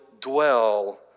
dwell